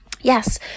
Yes